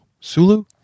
Sulu